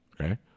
Okay